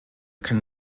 kann